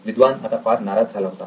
विद्वान आता फार नाराज झाला होता